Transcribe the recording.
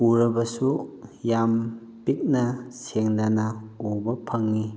ꯎꯔꯕꯁꯨ ꯌꯥꯝ ꯄꯤꯛꯅ ꯁꯦꯡꯗꯅ ꯎꯕ ꯐꯪꯏ